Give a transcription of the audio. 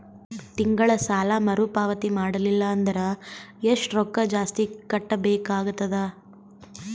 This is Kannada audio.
ತಿಂಗಳ ಸಾಲಾ ಮರು ಪಾವತಿ ಮಾಡಲಿಲ್ಲ ಅಂದರ ಎಷ್ಟ ರೊಕ್ಕ ಜಾಸ್ತಿ ಕಟ್ಟಬೇಕಾಗತದ?